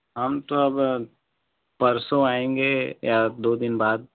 हम तो अब परसों आएँगे या दो दिन बाद